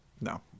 No